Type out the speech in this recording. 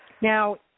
Now